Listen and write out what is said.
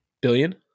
Billion